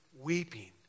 weeping